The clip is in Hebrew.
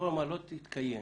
הרפורמה לא תתקיים